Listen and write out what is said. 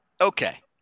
okay